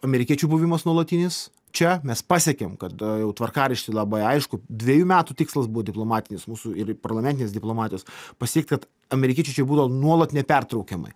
amerikiečių buvimas nuolatinis čia mes pasiekėm kad jau tvarkaraštį labai aišku dvejų metų tikslas buvo diplomatinis mūsų ir parlamentinės diplomatijos pasiekt kad amerikiečiai čia būtų nuolat nepertraukiamai